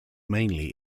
mainly